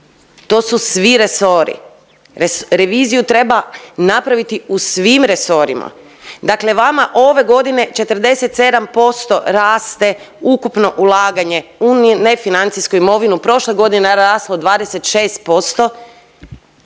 to su svi resori, reviziju treba napraviti u svim resorima. Dakle vama ove godine 47% raste ukupno ulaganje u nefinancijsku imovinu, prošle godine je raslo 26%